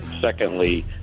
secondly